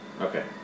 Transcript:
Okay